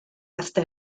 hasta